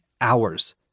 hours